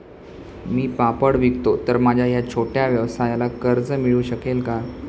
मी पापड विकतो तर माझ्या या छोट्या व्यवसायाला कर्ज मिळू शकेल का?